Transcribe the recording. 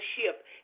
ship